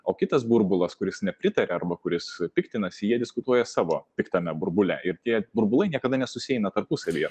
o kitas burbulas kuris nepritaria arba kuris piktinasi jie diskutuoja savo piktame burbule ir tie burbulai niekada nesusieina tarpusavyje